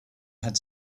had